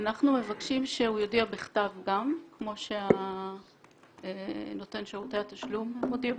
אנחנו מבקשים שהוא יודיע בכתב גם כמו שנותן שירותי התשלום מודיע בכתב.